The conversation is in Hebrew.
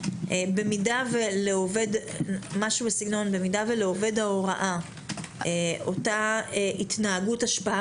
במידה שלעובד ההוראה אותה התנהגות השפעה